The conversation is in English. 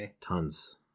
Tons